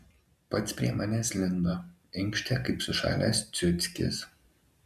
pats prie manęs lindo inkštė kaip sušalęs ciuckis